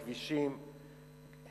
הכבישים,